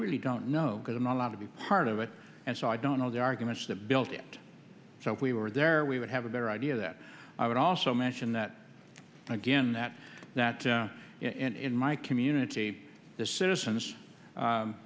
really don't know because i'm not allowed to be part of it and so i don't know the arguments that built it so if we were there we would have a better idea that i would also mention that again that that in my community the citizens